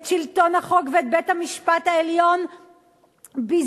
את שלטון החוק ואת בית-המשפט העליון ביזיתם